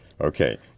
Okay